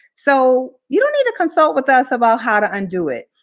so you don't need to consult with us about how to undo it.